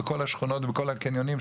שיהיו ניידות בכל השכונות ובכל הקניונים.